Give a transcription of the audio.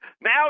Now